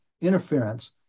interference